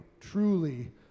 truly